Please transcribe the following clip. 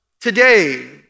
today